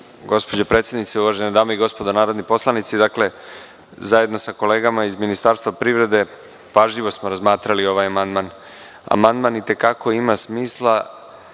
gospođo predsednice, uvažene dame i gospodo narodni poslanici, zajedno sa kolegama iz Ministarstva privrede pažljivo smo razmatrali ovaj amandman. Amandman i te kako ima smisla